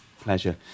pleasure